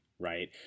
Right